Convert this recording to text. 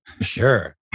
Sure